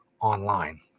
online